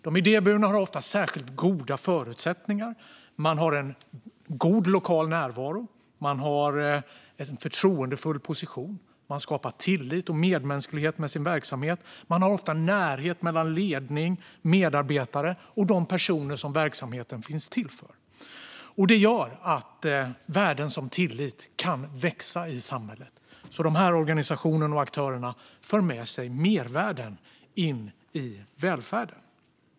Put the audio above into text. De idéburna har ofta särskilt goda förutsättningar. Man har en god lokal närvaro och en position som inger förtroende. Man skapar tillit och medmänsklighet med sin verksamhet. Man har ofta en närhet mellan ledning, medarbetare och de personer som verksamheten finns till för. Det gör att värden som tillit kan växa i samhället. Dessa organisationer och aktörer för alltså med sig mervärden in i välfärden.